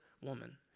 woman